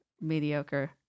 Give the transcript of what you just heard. mediocre